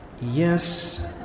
Yes